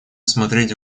смотреть